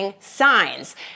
signs